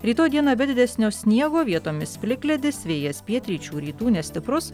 rytoj diena be didesnio sniego vietomis plikledis vėjas pietryčių rytų nestiprus